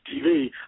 TV